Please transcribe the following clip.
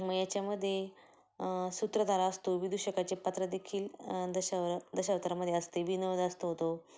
म याच्यामध्ये सूत्रधार असतो विदूषकाची पात्रंदेखील दशावर दशावतारामध्दे असते विनोद असतो होतो